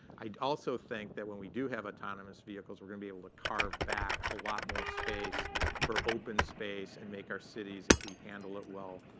i also think that when we do have autonomous vehicles, we're going to be able to carve back a lot more space for open space and make our cities, if we handle it well,